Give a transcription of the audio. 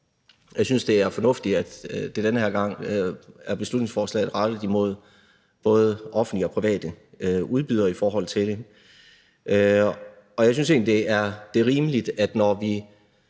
Jeg synes, det er fornuftigt, at beslutningsforslaget den her gang er rettet imod både offentlige og private udbydere, og jeg synes egentlig, det er rimeligt, at vi, når vi